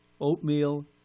oatmeal